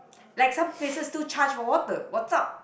like some places still charge for water what's up